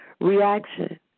reaction